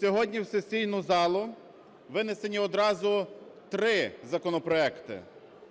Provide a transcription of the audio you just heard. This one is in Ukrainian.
Сьогодні в сесійну звалу винесені одразу три законопроекти.